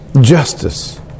Justice